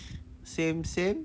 same same